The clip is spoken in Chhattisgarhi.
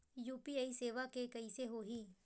यू.पी.आई सेवा के कइसे होही?